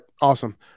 awesome